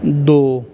ਦੋ